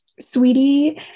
Sweetie